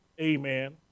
amen